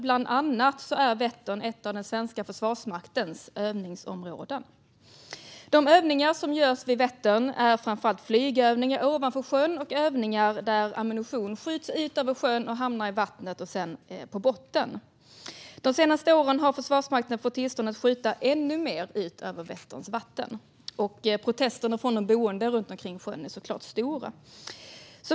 Bland annat är Vättern ett av den svenska Försvarsmaktens övningsområden. De övningar som görs vid Vättern är framför allt flygövningar ovanför sjön och övningar där ammunition skjuts ut över sjön och hamnar i vattnet och sedan på botten. De senaste åren har Försvarsmakten fått tillstånd att skjuta ännu mer ut över Vätterns vatten. Protesterna från de boende runt omkring sjön är såklart stora.